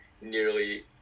nearly